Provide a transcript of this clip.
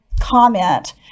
comment